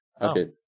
Okay